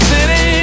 City